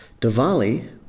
Diwali